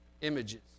images